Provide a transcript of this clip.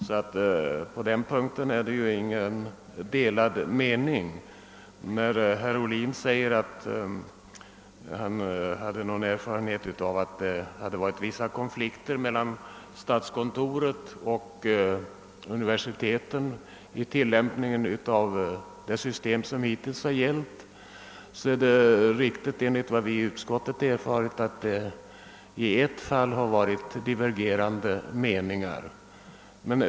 På den punkten råder inga delade meningar. Herr Ohlin nämnde att han hade erfarenhet av att det förekommit vissa konflikter mellan statskontoret och universiteten vid tillämpningen av det system som hittills gällt. Enligt vad vi i utskottet erfarit har det i ett fall rått divergerande meningar.